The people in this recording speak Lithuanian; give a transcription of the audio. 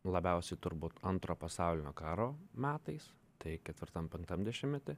labiausiai turbūt antro pasaulinio karo metais tai ketvirtam penktam dešimtmety